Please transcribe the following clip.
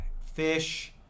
Fish